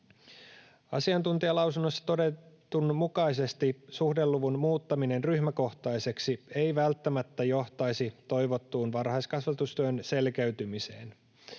Asiantuntijalausunnoissa todetun mukaisesti suhdeluvun muuttaminen ryhmäkohtaiseksi ei välttämättä johtaisi toivottuun varhaiskasvatustyön selkeytymiseen.